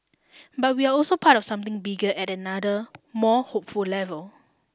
but we are also part of something bigger at another more hopeful level